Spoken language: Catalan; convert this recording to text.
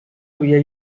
havia